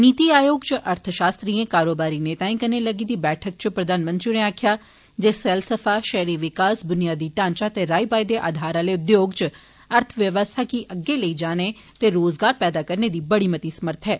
नीति आयोग इच अर्थ षास्त्रिएं कारोबारी नेताएं कन्नै लग्गी दी बैठक इच प्रधानमंत्री होरें आक्खेआ जे सैलसफा पैहरी विकास बुनियादी ढांचा ते राईबाई दे आधार आले उद्योगें इच अर्थ व्यवस्था गी अग्गै लेई जाने ते रोजगार पैदा करने दी बड़ी मती समर्थ ऐ